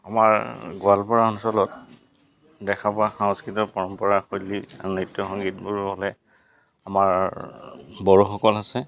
আমাৰ গোৱালপাৰা অঞ্চলত দেখা পোৱা সাংস্কৃৃতিৰ পৰম্পৰা শৈলী নৃত্য সংগীতবোৰ হ'লে আমাৰ বড়োসকল আছে